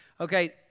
Okay